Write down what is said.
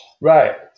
Right